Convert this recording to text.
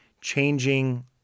changing